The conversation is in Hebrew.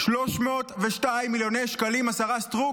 302 מיליוני שקלים, השרה סטרוק.